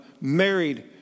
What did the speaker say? married